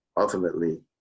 ultimately